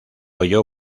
oyó